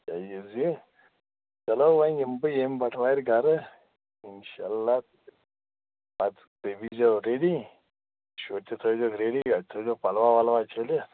تُہۍ ؤنۍزِ چلو وۅنۍ یِمہٕ بہٕ ییٚمہِ بٹوارِ گَرٕ اِنشا اللہ پَتہٕ تُہی روٗززیٚو ریڈی شُرۍ تہٕ تھٲوِزیٚکھ ریڈی اَتہِ تھٲوِزیٚکھ پَلوا وَلوا چھٔلِتھ